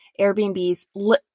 Airbnbs